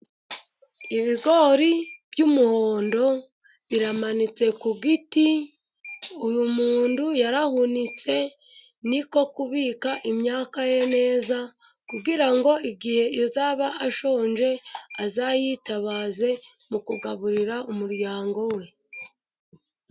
Ibigori by'umuhondo biramanitse ku giti, uyu muntu yarahunitse ni ko kubika imyaka ye neza, kugira ngo igihe azaba ashonje azayitabaze mu kugaburira umuryango we.